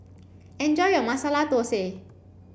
enjoy your Masala Thosai